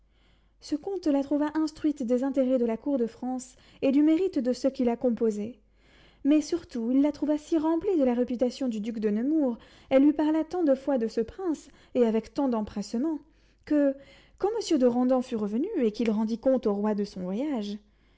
ce comte la trouva instruite des intérêts de la cour de france et du mérite de ceux qui la composaient mais surtout il la trouva si remplie de la réputation du duc de nemours elle lui parla tant de fois de ce prince et avec tant d'empressement que quand monsieur de randan fut revenu et qu'il rendit compte au roi de son voyage